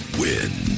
win